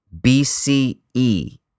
BCE